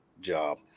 job